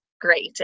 great